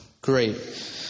great